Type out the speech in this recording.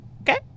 Okay